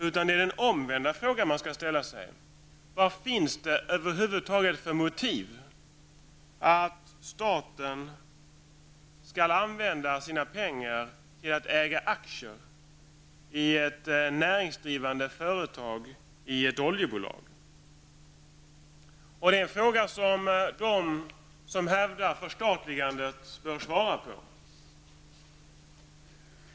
Man skall ställa sig den omvända frågan: Vad finns det över huvud taget för motiv för att staten skall använda sina pengar till att äga aktier i ett näringsdrivande företag i ett oljebolag? Det är fråga som de som hävdar förstatligandet bör svara på.